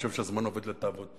שחושב שהזמן עובד לטובתו,